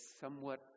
somewhat